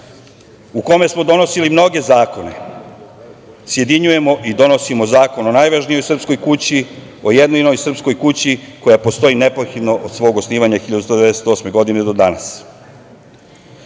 u kome smo donosili mnoge zakone, sjedinjujemo i donosimo zakon o najvažnijoj srpskoj kući, o jedinoj srpskoj kući koja postoji neprekidno od svog osnivanja, od 1198. godine do danas.